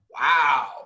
Wow